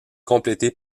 complétés